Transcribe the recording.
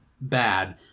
bad